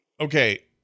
okay